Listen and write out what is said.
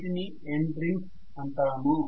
వీటిని end rings అంటాము